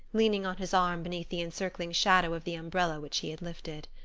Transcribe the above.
leaning on his arm beneath the encircling shadow of the umbrella which he had lifted.